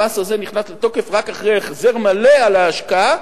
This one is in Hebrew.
המס הזה נכנס לתוקף רק אחרי החזר מלא על ההשקעה,